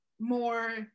more